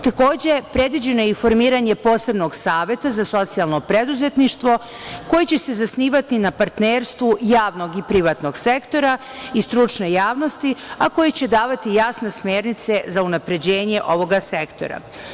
Takođe, predviđeno je i formiranje posebnog saveta za socijalno preduzetništvo koje će se zasnivati na partnerstvu javnog i privatnog sektora i stručne javnosti, a koje će davati jasne smernice za unapređenje ovog sektora.